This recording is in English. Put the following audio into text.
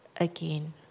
again